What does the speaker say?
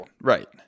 right